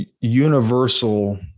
universal